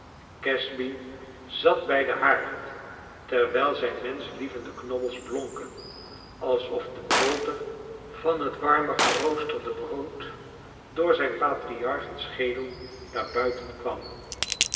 casby zat bij den haard terwijl zijn menschlievende knobbeis blonken alsof de boter van het warme geroosterde brood door zijn patriarchen schedel naar buiten kwam